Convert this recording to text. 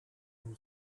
who